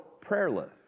prayerless